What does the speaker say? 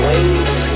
Waves